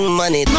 money